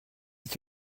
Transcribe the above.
est